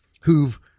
who've